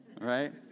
Right